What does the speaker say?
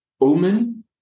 Omen